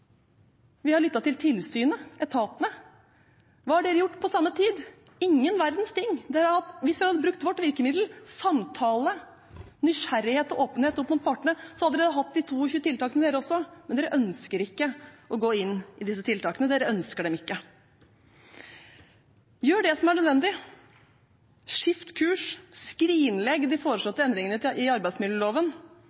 Vi har lyttet til tilsynet, til etatene. Hva har dere gjort på samme tid? Ingen verdens ting. Hvis dere hadde brukt vårt virkemiddel, samtale, nysgjerrighet og åpenhet opp mot partene, hadde dere hatt disse 22 tiltakene, dere også, men dere ønsker ikke å gå inn i disse tiltakene, dere ønsker dem ikke. Gjør det som er nødvendig. Skift kurs. Skrinlegg de